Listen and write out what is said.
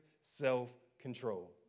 self-control